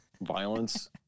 violence